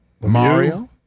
mario